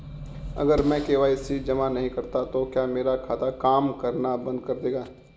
अगर मैं के.वाई.सी जमा नहीं करता तो क्या मेरा खाता काम करना बंद कर देगा?